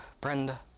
Brenda